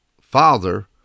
father